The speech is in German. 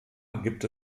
gibt